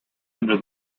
under